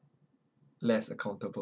less accountable